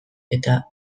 eta